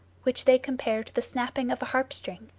which they compare to the snapping of a harp-string.